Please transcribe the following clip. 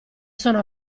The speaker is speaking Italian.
sono